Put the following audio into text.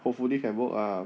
hopefully can work ah